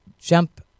jump